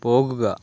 പോകുക